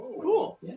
Cool